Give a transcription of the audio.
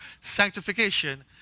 sanctification